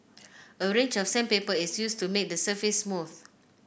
a range of sandpaper is used to make the surface smooth